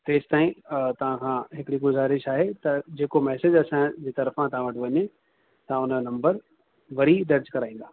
तेसितांई त हा हिकिड़ी गुज़ारिश आहे त जेको मैसेज असांजी तरफ़ा तव्हां वटि वञे तव्हां हुनजो नम्बर वरी दर्ज़ु कराईंदा